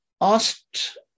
asked